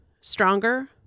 stronger